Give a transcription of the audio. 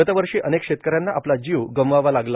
गतवर्षी अनेक शेतकऱ्यांना आपला जीव गमवावा लागला